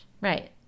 Right